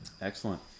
excellent